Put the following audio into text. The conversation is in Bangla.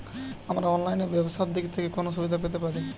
আমরা অনলাইনে ব্যবসার দিক থেকে কোন সুবিধা পেতে পারি?